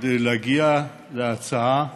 כדי להגיע להצעה מעשית.